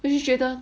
then 就觉得